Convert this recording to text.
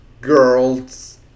girls